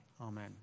amen